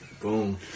Boom